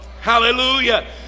Hallelujah